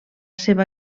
seva